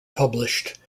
published